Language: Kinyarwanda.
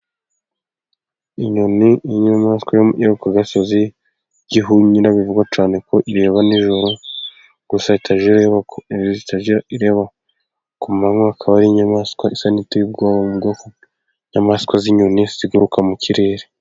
Inyoni n'inyamaswa yo ku gasozi y'igihunyira bivugwa cyane ko ireba nijoro gusa itajya ireba ku manywa, akaba ari inyamaswa isa n'iteye ubwoba mu nyamaswa z'inyoni ziguruka mu kirere.